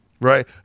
right